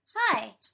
Hi